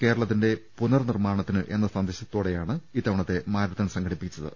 കേരളത്തിന്റെ പുനർ നിർമ്മാണത്തിന് എന്ന സന്ദേശത്തോടെയാണ് ഇത്തവണത്തെ മാരത്തൺ സംഘടിപ്പിക്കുന്നത്